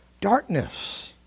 darkness